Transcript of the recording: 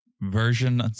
version